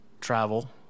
travel